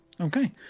okay